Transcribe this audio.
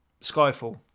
Skyfall